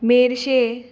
मेर्शे